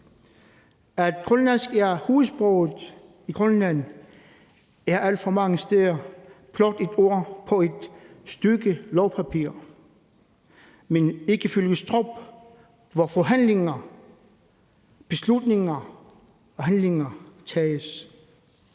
At grønlandsk er hovedsproget i Grønland, er alt for mange steder blot et ord på et stykke lovpapir, som ikke følges op, hvor forhandlinger, beslutninger og handlinger tages.